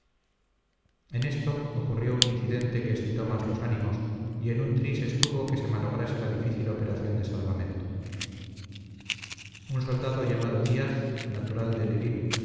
en esto ocurrió un incidente que excitó más los ánimos y en un tris estuvo que se malograse la difícil operación de salvamento un soldado llamado díaz natural de lerín